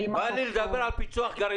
האם החוק טוב -- בא לי לדבר על פיצוח גרעינים.